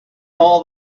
all